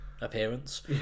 appearance